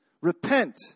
Repent